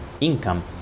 income